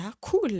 cool